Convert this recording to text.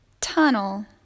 tunnel